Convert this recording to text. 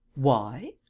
why?